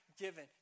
given